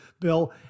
Bill